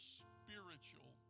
spiritual